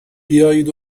بیایید